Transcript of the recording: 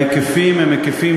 אני לא מאמין